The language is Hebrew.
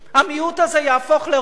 המיעוט הזה יהפוך לרוב.